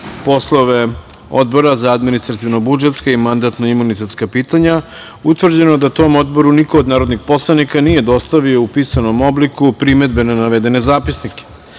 poslove Odbora za administrativno-budžetska i mandatno-imunitetska pitanja utvrđeno da tom Odboru niko od narodnih poslanika nije dostavio u pisanom obliku primedbe na navedene zapisnike. Prelazimo